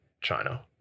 china